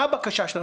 מה הבקשה שלנו?